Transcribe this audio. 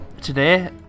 today